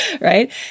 right